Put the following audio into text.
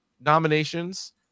nominations